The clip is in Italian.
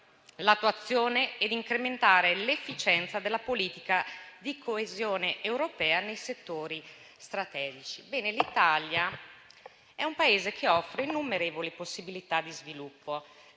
L'Italia è un Paese che offre innumerevoli possibilità di sviluppo: